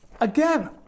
again